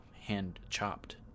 hand-chopped